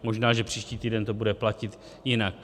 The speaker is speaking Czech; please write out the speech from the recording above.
Možná že příští týden to bude platit jinak.